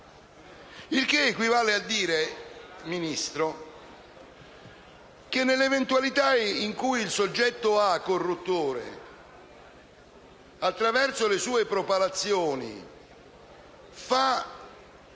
Ciò equivale a dire, signor Ministro, che nell'eventualità in cui il soggetto corruttore, attraverso le sue propalazioni, fa